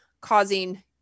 causing